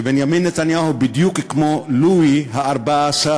שבנימין נתניהו הוא בדיוק כמו לואי ה-14,